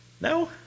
No